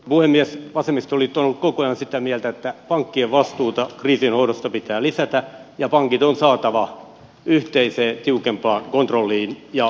vasemmistoliitto on ollut koko ajan sitä mieltä että pankkien vastuuta kriisien hoidosta pitää lisätä ja pankit on saatava yhteiseen tiukempaan kontrolliin ja valvontaan